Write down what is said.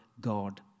God